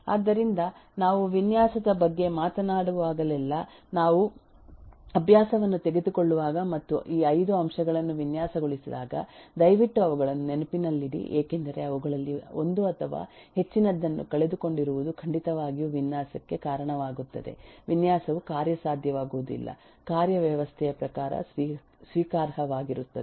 ಆದ್ದರಿಂದ ನಾವು ವಿನ್ಯಾಸದ ಬಗ್ಗೆ ಮಾತನಾಡುವಾಗಲೆಲ್ಲಾ ನಾವು ಅಭ್ಯಾಸವನ್ನು ತೆಗೆದುಕೊಳ್ಳುವಾಗ ಮತ್ತು ಈ ಐದು ಅಂಶಗಳನ್ನು ವಿನ್ಯಾಸಗೊಳಿಸಿದಾಗ ದಯವಿಟ್ಟು ಅವುಗಳನ್ನು ನೆನಪಿನಲ್ಲಿಡಿ ಏಕೆಂದರೆ ಅವುಗಳಲ್ಲಿ ಒಂದು ಅಥವಾ ಹೆಚ್ಚಿನದನ್ನು ಕಳೆದುಕೊಂಡಿರುವುದು ಖಂಡಿತವಾಗಿಯೂ ವಿನ್ಯಾಸಕ್ಕೆ ಕಾರಣವಾಗುತ್ತದೆ ವಿನ್ಯಾಸವು ಕಾರ್ಯಸಾಧ್ಯವಾಗುವುದಿಲ್ಲ ಕಾರ್ಯ ವ್ಯವಸ್ಥೆಯ ಪ್ರಕಾರ ಸ್ವೀಕಾರಾರ್ಹವಾಗಿರುತ್ತದೆ